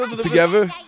Together